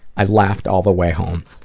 i laughed all the way home.